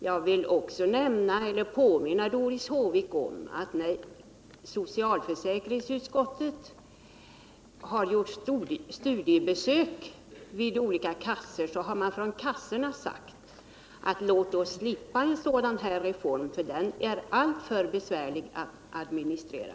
Jag vill också påminna Doris Håvik om att när socialförsäkringsutskottet har gjort studiebesök vid olika försäkringskassor har det sagts från folk vid kassorna: Låt oss slippa en sådan här reform, den är alltför besvärlig att administrera.